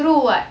true [what]